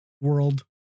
world